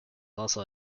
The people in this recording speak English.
also